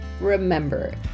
remember